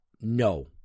no